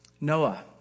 Noah